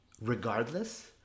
regardless